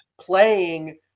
playing